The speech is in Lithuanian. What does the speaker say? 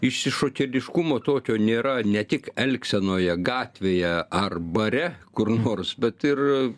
išsišokėliškumo tokio nėra ne tik elgsenoje gatvėje ar bare kur nors bet ir